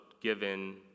given